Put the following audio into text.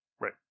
Right